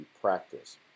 practice